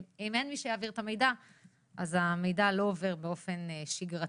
אם אין מי שיעביר את המידע אז המידע לא עובר באופן שגרתי.